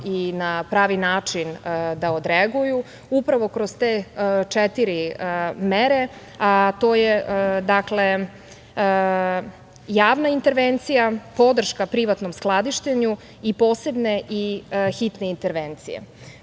i na pravi način da odreaguju upravo kroz te četiri mere, a to je javna intervencija, podrška privatnom skladištenju i posebne i hitne intervencije.